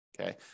Okay